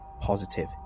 positive